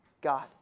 God